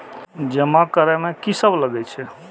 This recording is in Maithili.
जमा करे में की सब लगे छै?